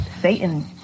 Satan